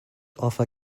offer